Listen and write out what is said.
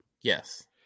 yes